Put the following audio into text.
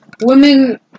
women